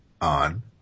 on